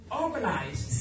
organized